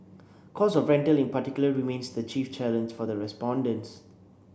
cost of rental in particular remains the chief challenge for the respondents